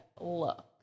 look